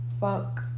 Fuck